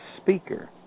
speaker